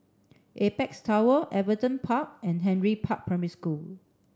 Apex Tower Everton Park and Henry Park Primary School